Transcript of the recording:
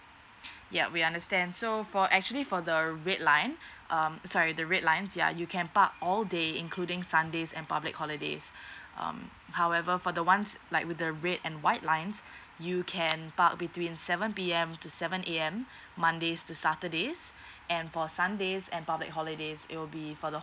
ya we understand so for actually for the red line um sorry the red lines ya you can park all day including sundays and public holidays um however for the ones like with the red and white lines you can park between seven P_M to seven A_M mondays to saturdays and for sundays and public holidays it will be for the